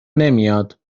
نمیاد